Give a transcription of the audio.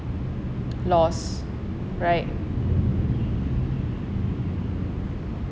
lost right